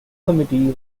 committee